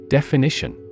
Definition